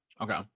okay